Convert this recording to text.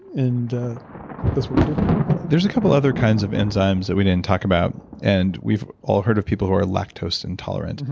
and that's what we do there's a couple other kinds of enzymes that we didn't talk about and we've all heard of people who are lactose intolerant.